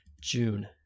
June